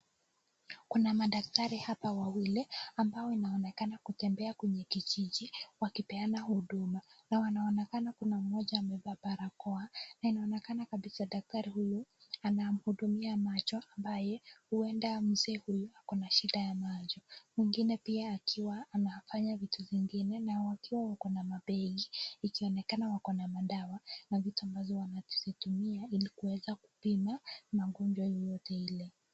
Kuna madaktari hapa wawili ambao inaonekana kutembea kwenye kijiji wakipeana huduma na wanaonekana kuna mmoja amevaa barakoa na inaonekana kabisa daktari huyu anahudumia macho ambaye huenda mzee huyu ako na shida ya macho. Mwingine pia akiwa anafanya vitu zingine na wakiwa wako na mabegi ikionekana wako na madawa na vitu ambazo wanazitumia ili kuweza kupima magonjwa yoyote ile.